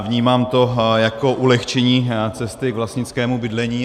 Vnímám to jako ulehčení cesty k vlastnickému bydlení.